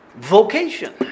vocation